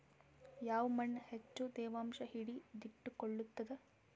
ಯಾವ್ ಮಣ್ ಹೆಚ್ಚು ತೇವಾಂಶ ಹಿಡಿದಿಟ್ಟುಕೊಳ್ಳುತ್ತದ?